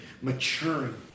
maturing